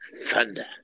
Thunder